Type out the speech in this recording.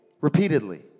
repeatedly